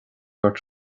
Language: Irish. gur